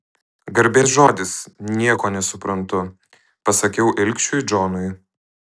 garbės žodis nieko nesuprantu pasakiau ilgšiui džonui